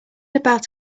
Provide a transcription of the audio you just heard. about